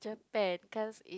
Japan because